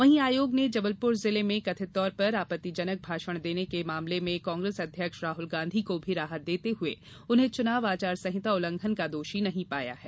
वहीं आयोग ने जबलपुर जिले में कथित तौर पर आपत्तिजनक भाषण देने के मामले में कांग्रेस अध्यक्ष राहुल गांधी को भी राहत देते हुए उन्हें चुनाव आचार संहिता उल्लंघन का दोषी नही माना है